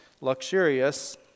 luxurious